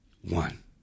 one